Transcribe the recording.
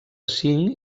cinc